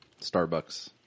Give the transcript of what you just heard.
starbucks